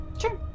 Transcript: Sure